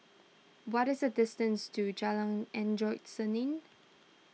what is the distance to Jalan Endut Senin